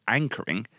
anchoring